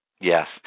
Yes